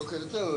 בוקר טוב,